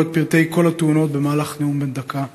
את פרטי כל התאונות במהלך נאום בן דקה.